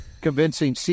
convincing